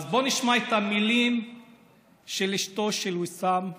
אז בואו נשמע את המילים של אשתו של ויסאם יאסין.